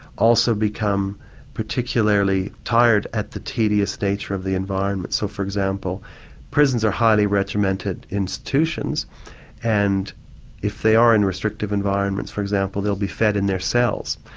also become particularly tired at the tedious nature of the environment. so for example prisons are highly regimented institutions and if they are in restrictive environments, for example, they'll be fed in their cells.